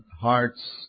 hearts